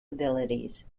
abilities